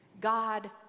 God